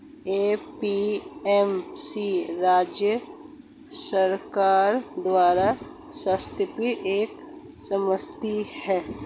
APMC राज्य सरकार द्वारा स्थापित एक समिति है